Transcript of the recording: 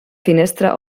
finestra